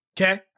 Okay